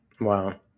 Wow